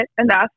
enough